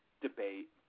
debate